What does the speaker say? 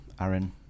Aaron